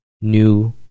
new